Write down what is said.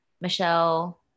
Michelle